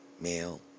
male